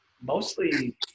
mostly